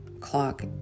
clock